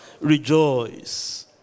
rejoice